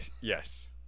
Yes